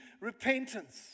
repentance